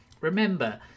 remember